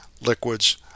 liquids